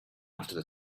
after